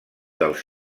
dels